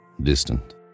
distant